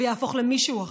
יהפוך למישהו אחר.